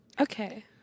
Okay